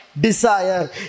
desire